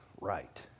Right